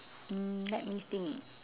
mm let me think